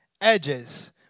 edges